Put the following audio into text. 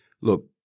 look